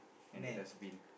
and the dustbin